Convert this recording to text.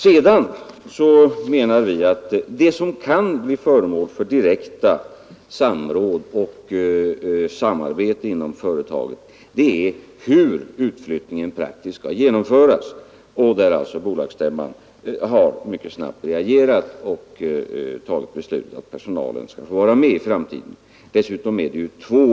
Sedan menar vi att det som kan bli föremål för direkt samråd och samarbete inom företaget är hur utflyttningen praktiskt skall genomföras. På den punkten har bolagsstämman reagerat mycket snabbt och fattat beslut om att personalen i framtiden skall få vara med.